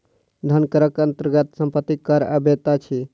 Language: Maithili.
धन करक अन्तर्गत सम्पत्ति कर अबैत अछि